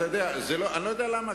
אני לא יודע למה,